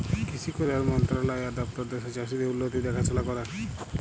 কিসি কল্যাল মলতরালায় আর দপ্তর দ্যাশের চাষীদের উল্লতির দেখাশোলা ক্যরে